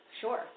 Sure